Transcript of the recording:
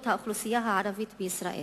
ומחייבים דיון מעמיק בהקדם האפשרי.